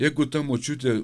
jeigu ta močiutė